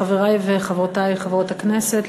חברי וחברותי חברות הכנסת,